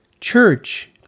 Church